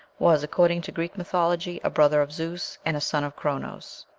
was, according to greek mythology, a brother of zeus, and a son of chronos.